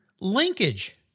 Linkage